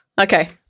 Okay